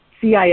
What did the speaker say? CIS